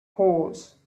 horse